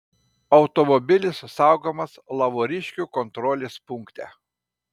automobilis saugomas lavoriškių kontrolės punkte